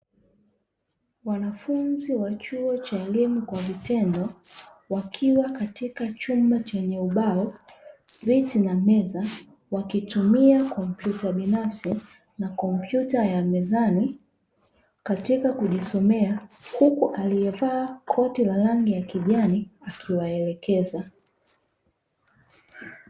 Wanafunzi wa chuo cha elimu ya vitendo wakiwa katika chumba chenye ubao, viti na meza; wakitumia kompyuta binafsi na kompyuta ya mezani, katika kujisomea huku aliyevaa koti la rangi ya kijani akiwaelekeza.